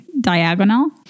diagonal